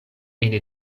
ene